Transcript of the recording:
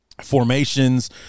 formations